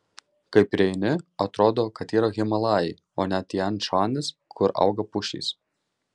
kai prieini atrodo kad yra himalajai o ne tian šanis kur auga pušys